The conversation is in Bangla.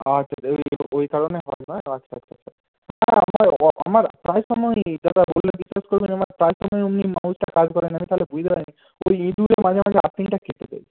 আচ্ছা আচ্ছা ওই কারণেই হচ্ছে না আচ্ছা আচ্ছা আচ্ছা না আমার প্রায় সময়ই দাদা বললে বিশ্বাস করবে না আমার প্রায় সময়ই ওমনিই মাউসটা কাজ করে না তাহলে বুঝতে পারি নি ওই ইঁদুরে মাঝে মাঝে আর্থিংটা কেটে দেয়